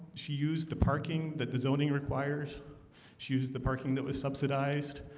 she used the parking that the zoning requires she used the parking that was subsidized.